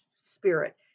spirit